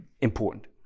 important